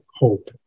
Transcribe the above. hope